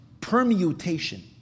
permutation